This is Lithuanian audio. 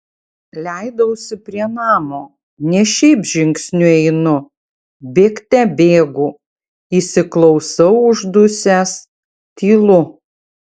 leidausi prie namo ne šiaip žingsniu einu bėgte bėgu įsiklausau uždusęs tylu